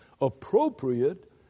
appropriate